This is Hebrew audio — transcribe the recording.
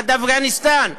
עד אפגניסטן.